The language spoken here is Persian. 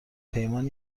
پیمان